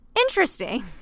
Interesting